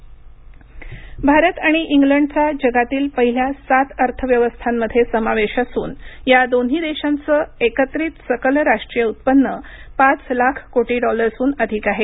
निर्मला सीतारामन भारत आणि इंग्लंडचा जगातील पहिल्या सात अर्थव्यवस्थांमध्ये समावेश असून या दोन्ही देशांचे एकत्रित सकल राष्ट्रीय उत्पन्न पाच लाख कोटी डॉलर्सहून अधिक आहे